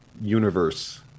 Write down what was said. universe